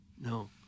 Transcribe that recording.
No